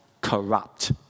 corrupt